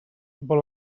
vol